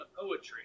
poetry